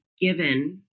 given